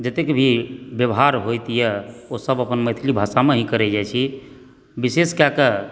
जतेक भी व्यवहार होईत यऽ ओसब अपन मैथिली भाषामे ही करए जाइत छी विशेष कए कऽ